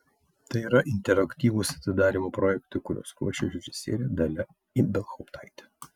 tai yra interaktyvūs atidarymo projektai kuriuos ruošia režisierė dalia ibelhauptaitė